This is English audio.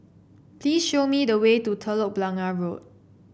please show me the way to Telok Blangah Road